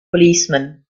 policeman